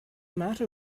matter